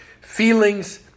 feelings